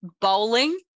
bowling